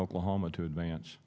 oklahoma to advance